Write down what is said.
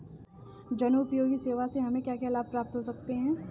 जनोपयोगी सेवा से हमें क्या क्या लाभ प्राप्त हो सकते हैं?